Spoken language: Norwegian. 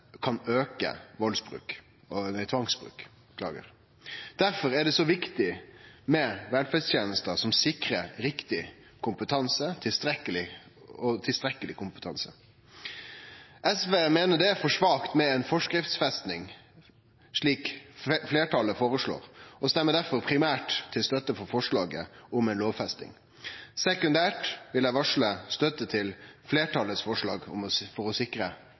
kan auke tvangsbruken. Difor er det så viktig med velferdstenester som sikrar riktig og tilstrekkeleg kompetanse. Sosialistisk Venstreparti meiner at det er for svakt med ei forskriftsfesting slik fleirtalet føreslår, og stemmer derfor primært for forslaget om ei lovfesting. Sekundært vil eg varsle støtte til fleirtalets forslag for å sikre nødvendig regulering. Dagens forskrift om rettigheter og bruk av tvang i institusjoner for